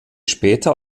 später